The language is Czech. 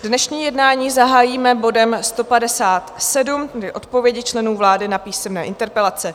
Dnešní jednání zahájíme bodem 157, tedy odpovědi členů vlády na písemné interpelace.